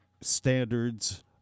standards